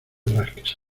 rasques